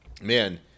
man